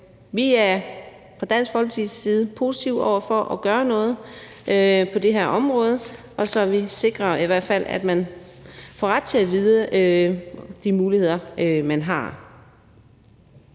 vi er fra Dansk Folkepartis side positive over for at gøre noget på det her område, så vi i hvert fald sikrer, at man får ret til at få at vide, hvilke muligheder man har.